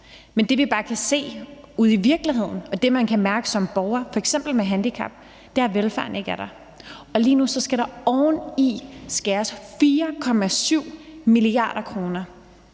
Men det, vi bare kan se ude i virkeligheden, og det, man kan mærke som borger, f.eks. med handicap, er, at velfærden ikke er der. Og lige nu skal der oveni skæres 4,7 mia. kr.